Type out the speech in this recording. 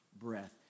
breath